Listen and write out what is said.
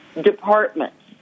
departments